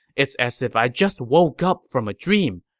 it's as if i just woke up from a dream.